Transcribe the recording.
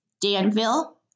Danville